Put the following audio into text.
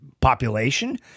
population